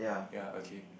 ya okay